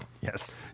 Yes